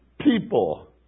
people